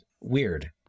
weird